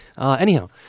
Anyhow